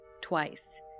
twice